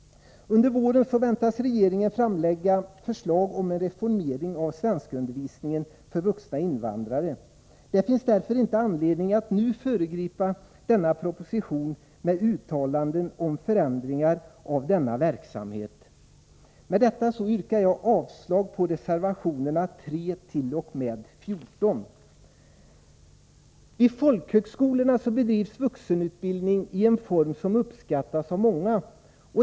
Under våren väntas regeringen framlägga förslag om reformering av svenskundervisningen för vuxna invandrare. Det finns därför inte anledning att nu föregripa propositionen genom uttalanden om förändringar av denna verksamhet. Med detta yrkar jag avslag på reservationerna 3 t.o.m. 14. Vid folkhögskolorna bedrivs vuxenutbildning i en form som uppskattas av många.